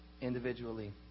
individually